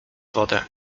wodę